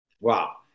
Wow